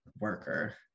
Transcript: worker